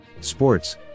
Sports